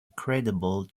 credible